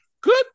Good